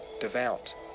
devout